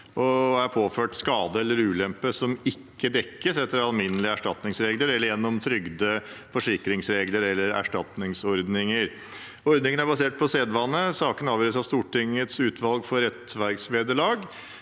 og er påført skade eller ulempe som ikke dekkes etter alminnelige erstatningsregler eller gjennom trygde-, forsikrings- og erstatningsordninger. Ordningen er basert på sedvane. Sakene avgjø res av Stortingets utvalg for rettferdsvederlag.